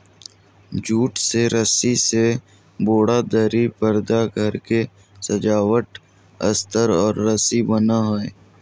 jute से रस्सी से बोरा, दरी, परदा घर के सजावट अस्तर और रस्सी बनो हइ